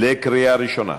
קריאה ראשונה,